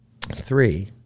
three